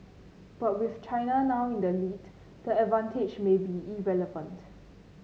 but with China now in the lead the advantage may be irrelevant